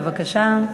בבקשה.